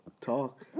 talk